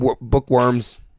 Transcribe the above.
bookworms